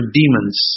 demons